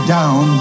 down